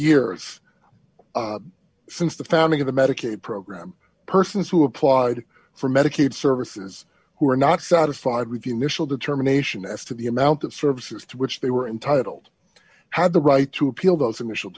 years since the founding of the medicaid program persons who applied for medicaid services who were not satisfied with the mitchell determination as to the amount of services to which they were entitled had the right to appeal those initial